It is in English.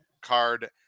card